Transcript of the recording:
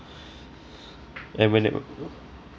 and when